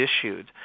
issued